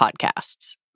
podcasts